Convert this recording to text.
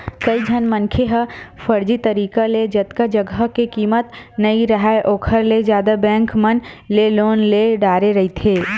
कइझन मनखे ह फरजी तरिका ले जतका जघा के कीमत नइ राहय ओखर ले जादा बेंक मन ले लोन ले डारे रहिथे